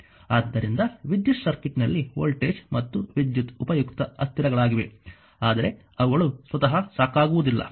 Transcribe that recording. ಆದ್ದರಿಂದ ವಿದ್ಯುತ್ ಸರ್ಕ್ಯೂಟ್ನಲ್ಲಿ ವೋಲ್ಟೇಜ್ ಮತ್ತು ವಿದ್ಯುತ್ ಉಪಯುಕ್ತ ಅಸ್ಥಿರಗಳಾಗಿವೆ ಆದರೆ ಅವುಗಳು ಸ್ವತಃ ಸಾಕಾಗುವುದಿಲ್ಲ